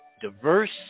diverse